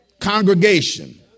congregation